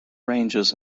ranges